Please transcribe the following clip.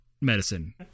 medicine